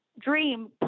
dream